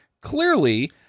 clearly